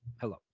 Hello